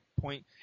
point